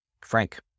Frank